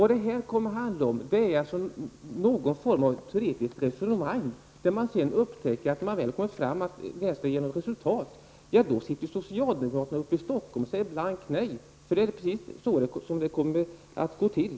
Det här handlar om att man kommer att föra något slags teoretiskt resonemang, och när man väl kommer fram upptäcker man att det skall ge något resultat. Men då sitter socialdemokraterna i Stockholm och säger blankt nej, det är precis så det kommer att gå till.